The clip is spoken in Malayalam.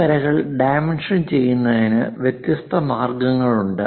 ഈ വരികൾ ഡൈമെൻഷൻ ചെയ്യുന്നതിന് വ്യത്യസ്ത മാർഗങ്ങളുണ്ട്